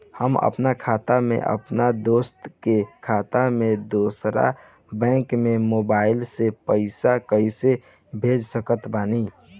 हम आपन खाता से अपना दोस्त के खाता मे दोसर बैंक मे मोबाइल से पैसा कैसे भेज सकत बानी?